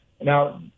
Now